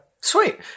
Sweet